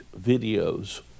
videos